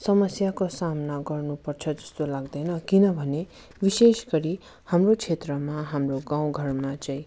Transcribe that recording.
समस्याको सामना गर्नुपर्छ जस्तो लाग्दैनँ किनभने विशेष गरी हाम्रो क्षेत्रमा हाम्रो गाउँघरमा चाहिँ